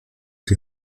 die